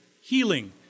healing